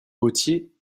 gautier